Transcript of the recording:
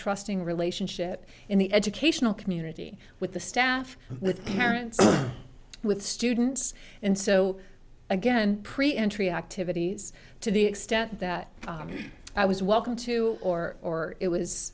trusting relationship in the educational community with the staff with parents with students and so again pre entry activities to the extent that i was welcome to or or it was